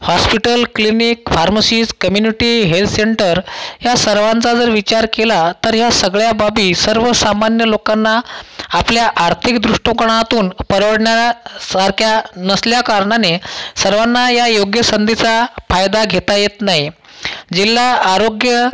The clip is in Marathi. hospital clinic pharmacies community health centre ह्या सर्वांचा जर विचार केला तर या सगळ्या बाबी सर्वसामान्य लोकांना आपल्या आर्थिक दृष्टीकोणातून परवडणाऱ्या सारख्या नसल्याकारणाने सर्वांना या योग्य संधीचा फायदा घेता येत नाही जिल्हा आरोग्य